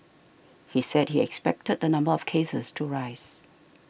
he said he expected the number of cases to rise